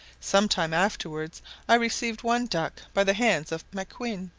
some time afterwards i received one duck by the hands of maquin,